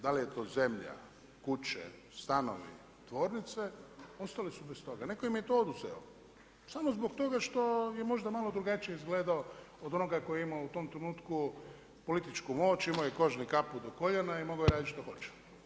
Da li je to zemlja, kuće, stanovi, tvornice, ostali su bez toga, netko im je to oduzeo samo zbog toga što je možda malo drugačije izgledao od onoga koji je imao u tom trenutku političku moć, imao je kožni kaput do koljena i mogao je raditi što hoće.